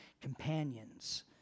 companions